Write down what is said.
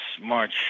March